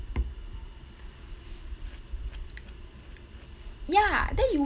ya then you